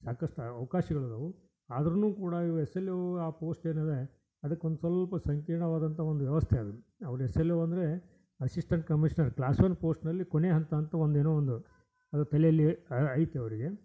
ಸಾಕಷ್ಟು ಅವಕಾಶಗಳು ಇದಾವೆ ಆದ್ರೂನೂ ಕೂಡ ಇವು ಎಸ್ ಎಲ್ ಓ ಆ ಪೋಸ್ಟ್ ಏನಿವೆ ಅದಕ್ಕೆ ಒಂದು ಸ್ವಲ್ಪ ಸಂಕೀರ್ಣವಾದಂಥ ಒಂದು ವ್ಯವಸ್ಥೆ ಅದು ಅವ್ರು ಎಸ್ ಎಲ್ ಓ ಅಂದರೆ ಅಸಿಸ್ಟೆಂಟ್ ಕಮಿಷ್ನರ್ ಕ್ಲಾಸ್ ಒನ್ ಪೋಸ್ಟಿನಲ್ಲಿ ಕೊನೆ ಹಂತ ಅಂತ ಒಂದು ಏನೋ ಒಂದು ಅದು ತಲೆಯಲ್ಲಿ ಐತೆ ಅವರಿಗೆ